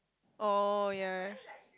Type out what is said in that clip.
oh ya